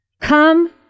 come